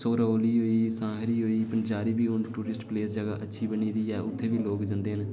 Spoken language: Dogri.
सरौली होई साहरी होई पंचैरी बी हून टुरिस्ट प्लेस जगह अच्छी बनी दी ऐ उत्थै बी लोग जंदे न